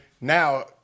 Now